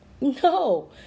no